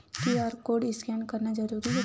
QR code scan करना जरूरी हे का?